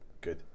Good